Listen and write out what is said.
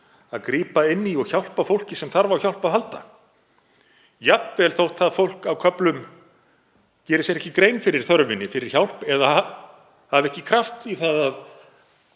að grípa inn í og hjálpa fólki sem þarf á hjálp að halda, jafnvel þótt það fólk geri sér á köflum ekki grein fyrir þörfinni fyrir hjálp eða hafi ekki kraft í að